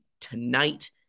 tonight